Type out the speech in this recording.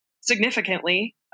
significantly